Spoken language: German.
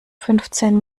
fünfzehn